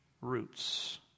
roots